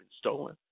stolen